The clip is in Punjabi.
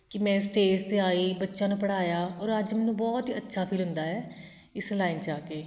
ਕਿ ਮੈਂ ਸਟੇਜ 'ਤੇ ਆਈ ਬੱਚਿਆਂ ਨੂੰ ਪੜ੍ਹਾਇਆ ਔਰ ਅੱਜ ਮੈਨੂੰ ਬਹੁਤ ਹੀ ਅੱਛਾ ਫੀਲ ਹੁੰਦਾ ਹੈ ਇਸ ਲਾਈਨ 'ਚ ਆ ਕੇ